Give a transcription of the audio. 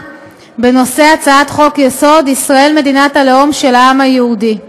בנושא הצעת חוק-יסוד: ישראל מדינת הלאום של העם היהודי.